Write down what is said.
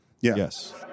Yes